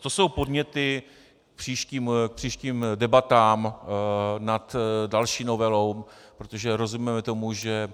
To jsou podněty k příštím debatám nad další novelou, protože rozumíme tomu, že